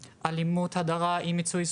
אלימות, הדרה, אי מיצוי זכויות,